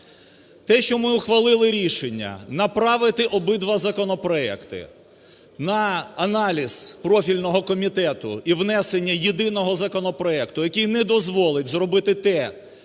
Те, що ми ухвалили рішення направити обидва законопроекти на аналіз профільного комітету і внесення єдиного законопроекту, який не дозволить зробити те,